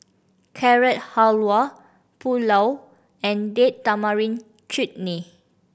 Carrot Halwa Pulao and Date Tamarind Chutney